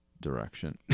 Direction